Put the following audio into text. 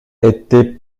était